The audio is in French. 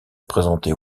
présenter